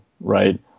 Right